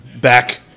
back